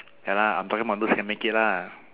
ya lah I'm talking about those can make it lah